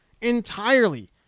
entirely